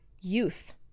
youth